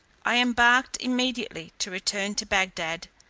i embarked immediately to return to bagdad,